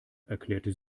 erklärte